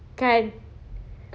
can